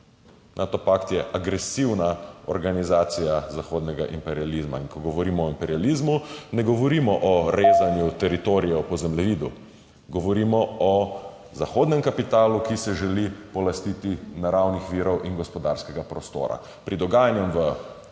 Nato pakt je agresivna organizacija zahodnega imperializma. In ko govorimo o imperializmu, ne govorimo o rezanju teritorijev po zemljevidu, govorimo o zahodnem kapitalu, ki se želi polastiti naravnih virov in gospodarskega prostora. Pri dogajanju v